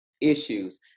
issues